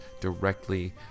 directly